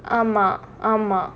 ஆமா ஆமா:aamaa aamaa